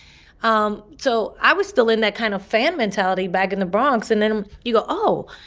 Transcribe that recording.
um so i was still in that kind of fan mentality back in the bronx. and then you go, oh,